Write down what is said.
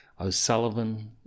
O'Sullivan